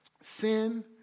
Sin